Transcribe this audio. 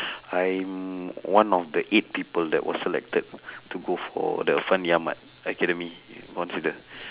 I'm one of the eight people that was selected to go for the fandi-ahmad academy considered